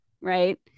right